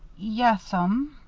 yes'm.